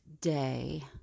day